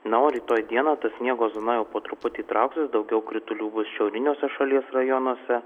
na o rytoj dieną ta sniego zona jau po truputį įtraukus daugiau kritulių bus šiauriniuose šalies rajonuose